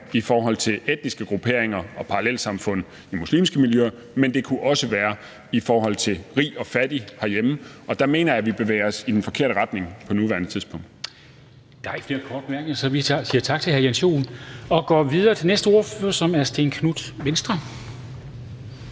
i forhold til etniske grupperinger og parallelsamfund i muslimske miljøer, men det kunne også være i forhold til rig og fattig herhjemme. Der mener jeg, at vi bevæger os i den forkerte retning på nuværende tidspunkt. Kl. 19:21 Formanden (Henrik Dam Kristensen): Der er ikke flere korte bemærkninger, så vi siger tak til hr. Jens Joel og går videre til den næste ordfører, som er Stén Knuth, Venstre.